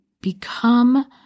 become